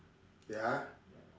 ya